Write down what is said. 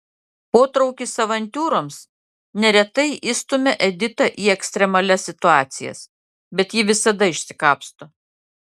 potraukis avantiūroms neretai įstumia editą į ekstremalias situacijas bet ji visada išsikapsto